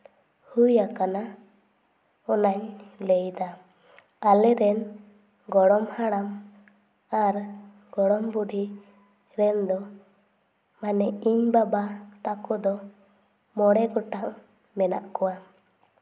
ᱦᱩᱭᱟᱠᱟᱱᱟ ᱚᱱᱟᱧ ᱞᱟᱹᱭᱫᱟ ᱟᱞᱮ ᱨᱮᱱ ᱜᱚᱲᱚᱢ ᱦᱟᱲᱟᱢ ᱟᱨ ᱜᱚᱲᱚᱢ ᱵᱩᱰᱷᱤ ᱨᱮᱱ ᱫᱚ ᱢᱟᱱᱮ ᱤᱧ ᱵᱟᱵᱟ ᱛᱟᱠᱚ ᱫᱚ ᱢᱚᱬᱮ ᱜᱚᱴᱟᱝ ᱢᱮᱱᱟᱜ ᱠᱚᱣᱟ